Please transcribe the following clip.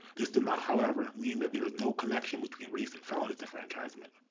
this does not, however, mean that there is no connection between race and felon disenfranchisement.